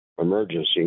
emergency